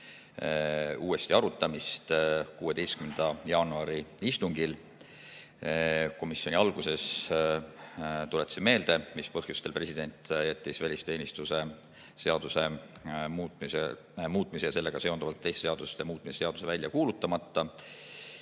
uuesti arutamist 16. jaanuari istungil. Komisjoni [istungi] alguses tuletasin meelde, mis põhjustel president jättis välisteenistuse seaduse muutmise ja sellega seonduvalt teiste seaduste muutmise seaduse välja kuulutamata.